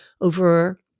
over